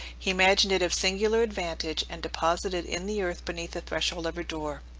he imagined it of singular advantage, and deposited in the earth beneath the threshold of her door.